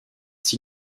six